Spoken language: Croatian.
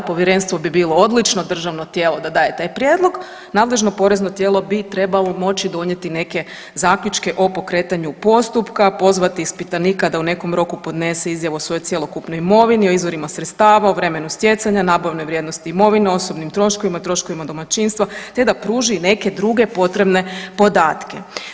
Povjerenstvo bi bilo odlično državno tijelo da daje taj prijedlog, nadležno porezno tijelo bi trebalo moći donijeti neke zaključke o pokretanju postupka, pozvati ispitanika da u nekom roku podnese izjavu o svojoj cjelokupnoj imovini, o izvorima sredstava, o vremenu stjecanja, nabavnoj vrijednosti imovine, osobnim troškovima, troškovima domaćinstva te da pruži i neke druge potrebne podatke.